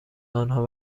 آنها